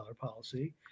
policy